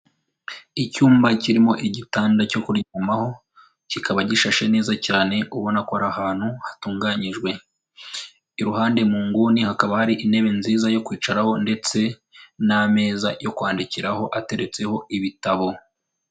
Icyumba kirimo igitanda cyo kuryamaho kikaba gishashe neza cyane ubona ko ari ahantu hatunganyijwe, iruhande mu nguni hakaba hari intebe nziza yo kwicaraho ndetse n'ameza yo kwandikiraho ateretseho ibitabo.